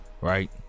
right